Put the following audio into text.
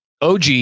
OG